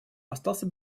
остался